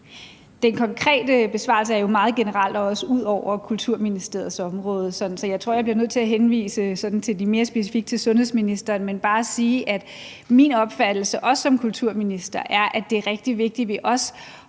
Den konkrete besvarelse er jo meget generel og også ud over Kulturministeriets område. Så jeg tror, jeg bliver nødt til at henvise det mere specifikke til sundhedsministeren og bare sige, at min opfattelse som kulturminister er, at det er rigtig vigtigt, at